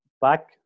back